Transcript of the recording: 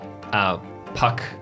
Puck